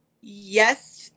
Yes